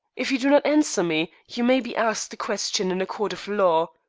if you do not answer me you may be asked the question in a court of law.